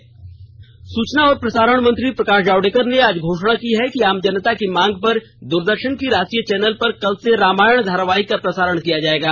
रामायण सूचना और प्रसारण मंत्री प्रकाष जावडेकर ने आज घोषणा की है कि आम जनता की मांग पर द्रदर्षन की राष्ट्रीय चैनल पर कल से रामायण धारावाहिक का प्रसारण किया जायेगा